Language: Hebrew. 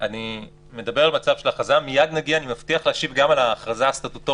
אני מדבר על מצב של הכרזה ואני מבטיח להשיב גם על ההכרזה הסטטוטורית,